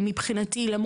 מבחינתי למרות